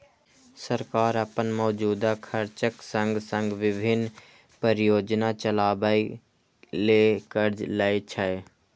सरकार अपन मौजूदा खर्चक संग संग विभिन्न परियोजना चलाबै ले कर्ज लै छै